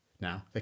now